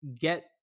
get